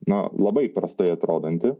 na labai prastai atrodanti